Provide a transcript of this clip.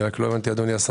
אני רק לא הבנתי, אדוני השר.